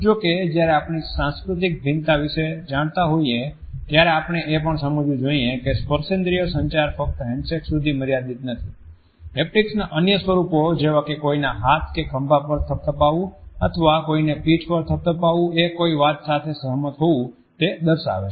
જો કે જ્યારે આપણે સાંસ્કૃતિક ભિન્નતા વિશે જાણતા હોઇએ ત્યારે આપણે એ પણ સમજવું જોઇએ કે સ્પર્શેન્દ્રિય સંચાર ફક્ત હેન્ડશેક્સ સુધી મર્યાદિત નથી હેપ્ટિક્સના અન્ય સ્વરૂપો જેવા કે કોઈના હાથ કે ખભા પર થપથપાવવું અથવા કોઈને પીઠ પર થપથપાવવું એ કોઈ વાત સાથે સહમત હોવું તે દર્શાવે છે